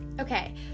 Okay